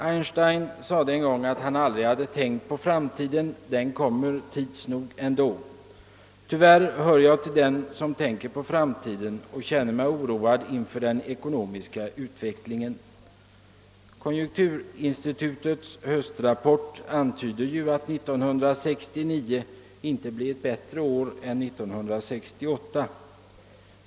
Einstein sade en gång att han aldrig hade tänkt på framtiden: »Den kommer tids nog ändå.» Tyvärr hör jag till dem som tänker på framtiden och känner mig oroad inför den ekonomiska utvecklingen. Konjunkturinstitutets höstrapport antyder att 1969 inte blir ett bättre år än 1968.